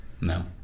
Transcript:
no